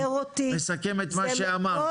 אני מסכם את מה שאמרת.